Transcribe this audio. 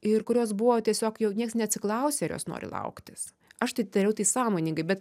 ir kurios buvo tiesiog jau nieks neatsiklausė ar jos nori lauktis aš tai dariau tai sąmoningai bet